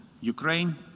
Ukraine